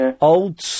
old